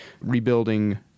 Rebuilding